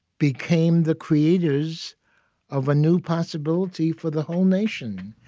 became the creators of a new possibility for the whole nation.